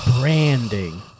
Branding